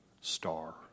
star